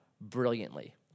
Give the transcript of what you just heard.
brilliantly